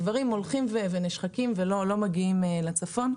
הדברים הולכים ונשחקים ולא מגיעים לצפון.